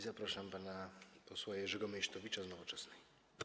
Zapraszam pana posła Jerzego Meysztowicza z Nowoczesnej.